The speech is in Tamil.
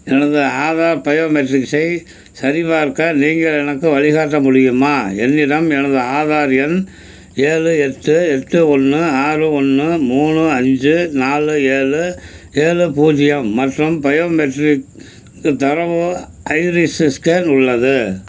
எனது ஆதார் பயோமெட்ரிக்ஸை சரிபார்க்க நீங்கள் எனக்கு வழிகாட்ட முடியுமா என்னிடம் எனது ஆதார் எண் ஏழு எட்டு எட்டு ஒன்று ஆறு ஒன்று மூணு அஞ்சு நாலு ஏழு ஏழு பூஜ்ஜியம் மற்றும் பயோமெட்ரிக் தரவு ஐரிஸஸ் ஸ்கேன் உள்ளது